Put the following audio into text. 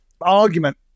argument